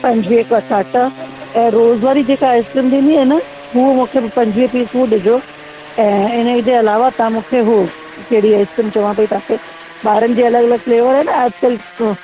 पंजवीह कसाटा ऐं रोज़ु वारी जेका आइसक्रीम थींदी आहे न हू मूंखे पंजवीह पीस हू ॾिजो ऐं हिनजे अलावा तव्हां मूंखे हू कहिड़ी आइसक्रीम चवां पेई तव्हांखे ॿारनि जी अलॻि अलॻि फ़्लेवर आहे न अॼुकल्ह उहो